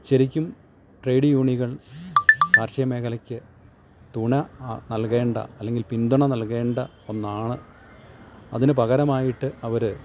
ശരിക്കും ട്രേഡ് യൂണിയനുകൾ കാർഷിക മേഖലയ്ക്ക് തുണ നൽകേണ്ട അല്ലങ്കിൽ പിന്തുണ നൽകേണ്ട ഒന്നാണ് അതിന് പകരമായിട്ട് അവര്